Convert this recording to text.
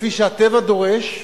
כפי שהטבע דורש.